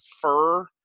fur